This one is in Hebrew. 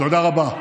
תודה רבה.